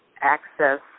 access